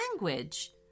language